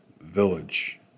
village